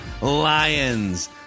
Lions